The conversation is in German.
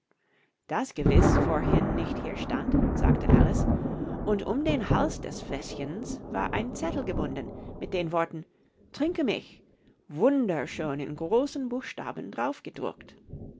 das gewiß vorhin nicht hier stand sagte alice und um den hals des fläschchens war ein zettel gebunden mit den worten trinke mich wunderschön in großen buchstaben drauf gedruckt